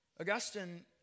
Augustine